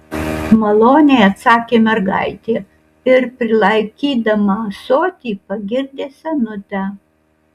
maloniai atsakė mergaitė ir prilaikydama ąsotį pagirdė senutę